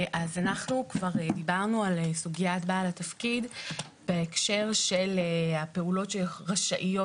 אז אנחנו כבר דיברנו על סוגית בעל התפקיד בהקשר של הפעולות שרשאיות